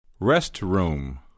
Restroom